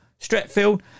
Stretfield